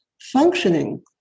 functioning